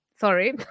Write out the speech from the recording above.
Sorry